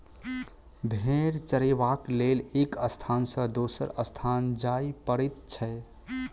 भेंड़ चरयबाक लेल एक स्थान सॅ दोसर स्थान जाय पड़ैत छै